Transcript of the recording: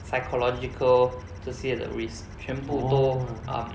psychological 这些的 risk 全部都 um